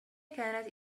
كانت